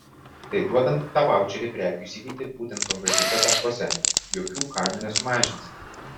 tai duodant tą vaučerį prekių įsigyti būtent konkrečiuose taškuose jokių kainų nesumažinsi